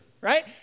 right